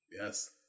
Yes